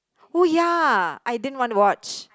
oh ya I didn't want to watch